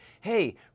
hey